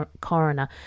coroner